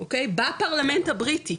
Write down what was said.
בפרלמנט הבריטי,